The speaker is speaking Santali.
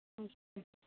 ᱟᱪᱪᱷᱟ